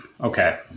okay